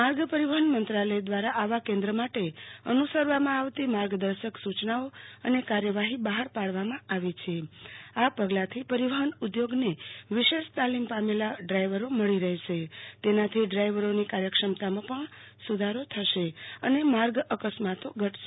માર્ગ પરિવહન મંત્રાલય દ્વારા આવાં કેન્દ્રો માટે અનુ સરવામાં આવતી માર્ગદર્શક સૂ ચનાઓ અને કાર્યવાફી બફાર પાડવામાં આવી છે આ પગલાથી પરિવહન ઉદ્યોગને વિશેષ તાલીમ પામેલા ડ્રાઇવરો મળી રહેશે તેનાથી ડ્રાઇવરોની કાર્યક્ષમતામાં સુ ધારો થશે અને માર્ગ અકસ્માતો ઘટશે